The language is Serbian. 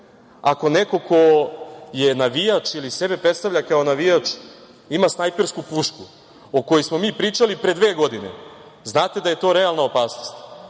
neko ko je navijač ili sebe predstavlja kao navijača ima snajpersku pušku, o kojoj smo mi pričali pre dve godine, znate da je to realna opasnost.